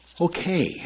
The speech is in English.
Okay